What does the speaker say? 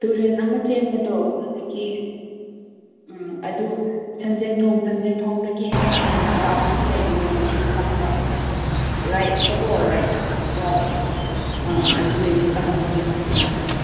ꯇꯨꯔꯦꯟ ꯑꯃ ꯆꯦꯟꯕꯗꯣ ꯑꯗꯨꯒꯤ ꯑꯗꯨ ꯁꯟꯖꯦꯟꯊꯣꯡ ꯁꯟꯖꯦꯟꯊꯣꯡꯗꯒꯤ ꯍꯦꯛ ꯍꯥꯏꯊꯕ ꯑꯃꯁꯨ ꯂꯩꯕꯅꯦ ꯂꯝꯕꯤ ꯆꯪꯕ ꯔꯥꯏꯠꯇꯀꯣ ꯔꯥꯏꯠ ꯔꯥꯏꯠ ꯑꯥ ꯑꯥ ꯑꯗꯨꯗꯒꯤ ꯆꯪꯉꯁꯨ ꯑꯗꯨꯝ ꯌꯥꯕꯅꯦ